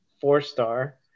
four-star